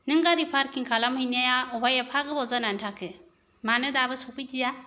नों गारि पार्किं खालामहैनाया अबहाय एफा गोबाव जानानै थाखो मानो दाबो सफैदिया